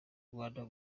rwanda